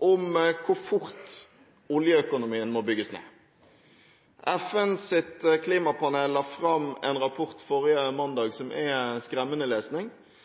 om hvor fort oljeøkonomien må bygges ned. FNs klimapanel la forrige mandag fram en rapport